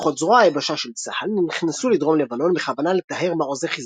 כוחות זרוע היבשה של צה"ל נכנסו לדרום לבנון בכוונה לטהר מעוזי חזבאללה,